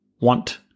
want